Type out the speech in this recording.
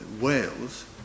Wales